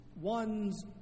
one's